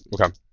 Okay